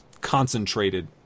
concentrated